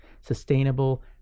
Sustainable